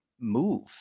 move